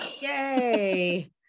Yay